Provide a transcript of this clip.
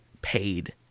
paid